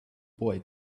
boy